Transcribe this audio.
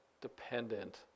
dependent